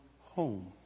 home